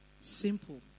Simple